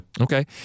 Okay